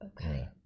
okay